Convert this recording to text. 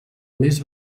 mes